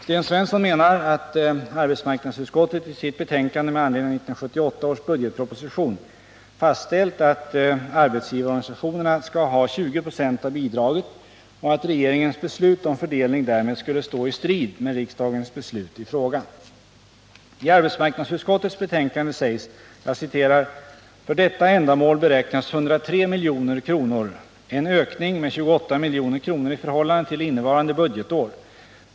Sten Svensson menar att arbetsmarknadsutskottet i sitt betänkande med anledning av 1978 års budgetproposition fastställt att arbetsgivarorganisationerna skall ha 20 96 av bidraget och att regeringens beslut om fördelning därmed skulle stå i strid med riksdagens beslut i frågan. 103 milj.kr., en ökning med 28 milj.kr. i förhållande till innevarande budgetår.